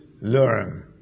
learn